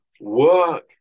work